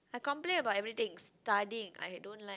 I complain about everything studying I don't like